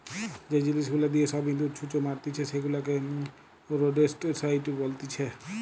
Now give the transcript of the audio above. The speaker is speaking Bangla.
যে জিনিস গুলা দিয়ে সব ইঁদুর, ছুঁচো মারতিছে সেগুলাকে রোডেন্টসাইড বলতিছে